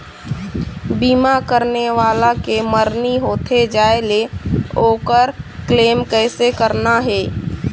बीमा करने वाला के मरनी होथे जाय ले, ओकर क्लेम कैसे करना हे?